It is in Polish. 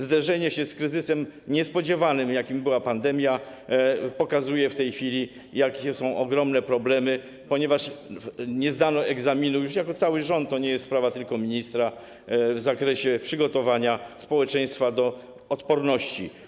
Zderzenie się z niespodziewanym kryzysem, jakim była pandemia, pokazuje w tej chwili, jak ogromne są problemy, ponieważ nie zdano egzaminu - już jako cały rząd, to nie jest sprawa tylko ministra - w zakresie przygotowania społeczeństwa do odporności.